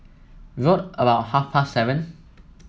round about half past seven